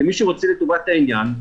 כמי שרוצים בטובת העניין,